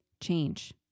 change